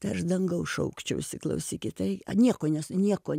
tai aš dangaus šaukčiausi klausykit tai a nieko nes nieko